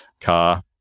car